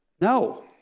No